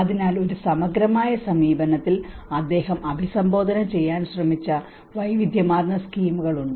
അതിനാൽ ഒരു സമഗ്രമായ സമീപനത്തിൽ അദ്ദേഹം അഭിസംബോധന ചെയ്യാൻ ശ്രമിച്ച വൈവിധ്യമാർന്ന സ്കീമുകൾ ഉണ്ട്